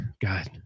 God